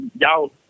Y'all